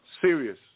Serious